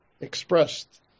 expressed